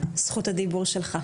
זכות הדיבור שלך.